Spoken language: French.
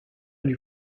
lui